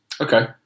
Okay